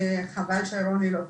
חבל שרוני לא פה,